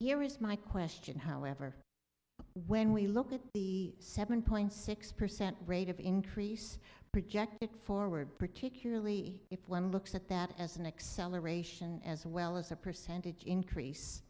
here is my question however when we look at the seven point six percent rate of increase project it forward particularly if one looks at that as an acceleration as well as a percentage